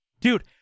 Dude